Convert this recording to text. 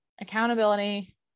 accountability